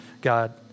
God